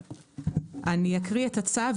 אני אקרא את הצו.